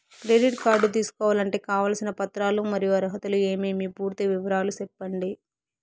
Credit card తీసుకోవాలంటే కావాల్సిన పత్రాలు మరియు అర్హతలు ఏమేమి పూర్తి వివరాలు సెప్పండి?